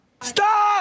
Stop